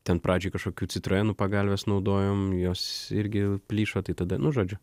ten pradžioj kažkokių citroenų pagalves naudojom jos irgi plyšo tai tada nu žodžiu